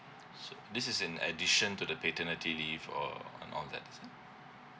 sure this is in addition to the paternity leave or on all that is it